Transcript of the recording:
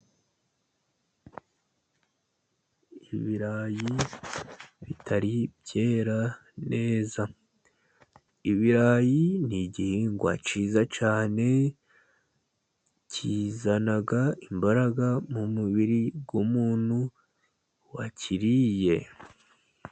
Ibirayi bitari byera neza, ibirayi ni igihingwa cyiza cyane, kizana imbaraga mu mubiri w'umuntu wakiriye.